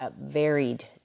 varied